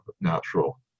natural